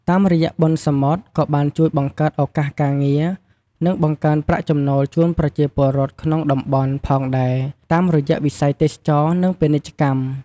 តាមរយៈបុណ្យសមុទ្យ ក៏បានជួយបង្កើតឱកាសការងារ និងបង្កើនប្រាក់ចំណូលជូនប្រជាពលរដ្ឋក្នុងតំបន់ផងដែរតាមរយៈវិស័យទេសចរណ៍ និងពាណិជ្ជកម្ម។